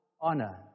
honor